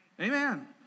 Amen